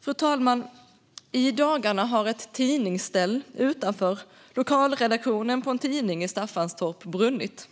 Fru talman! I dagarna har ett tidningsställ utanför lokalredaktionen för en tidning i Staffanstorp brunnit.